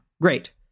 Great